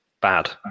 Bad